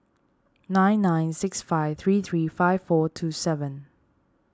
nine nine six five three three five four two seven